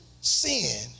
sin